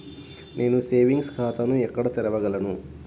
నేను సేవింగ్స్ ఖాతాను ఎక్కడ తెరవగలను?